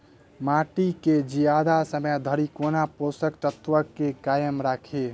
माटि केँ जियादा समय धरि कोना पोसक तत्वक केँ कायम राखि?